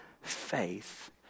faith